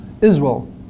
israel